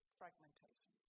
fragmentation